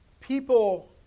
People